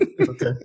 Okay